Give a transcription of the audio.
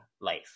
life